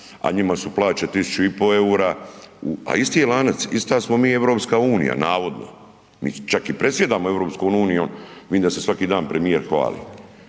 a njima su plaće 1.500 EUR-a, a isti je lanac, ista smo mi EU navodno, čak i predsjedamo EU, vidim da se svaki dan premijer hvali.